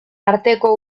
arteko